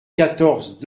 quatorze